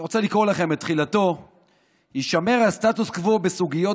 אני רוצה לקרוא לכם את תחילתו: "יישמר הסטטוס קוו בסוגיות